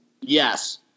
Yes